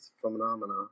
phenomena